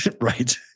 Right